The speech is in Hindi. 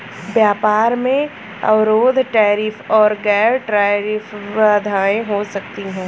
व्यापार में अवरोध टैरिफ और गैर टैरिफ बाधाएं हो सकती हैं